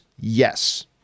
yes